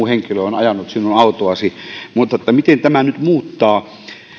henkilö on ajanut sinun autoasi miten tämä nyt muuttaa